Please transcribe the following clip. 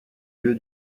lieu